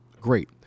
great